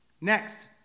next